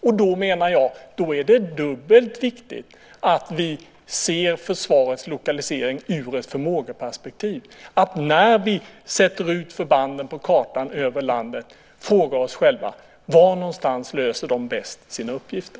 Jag menar att det då är dubbelt viktigt att vi ser försvarets lokalisering i perspektivet av förmågan. När vi sätter ut förbanden på kartan över landet måste vi fråga oss själva: Var någonstans löser de bäst sina uppgifter?